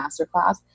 Masterclass